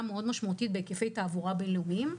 מאוד משמעותית בהיקפי תעבורה בין-לאומיים,